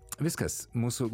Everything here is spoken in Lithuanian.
viskas mūsų laida